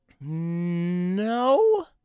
No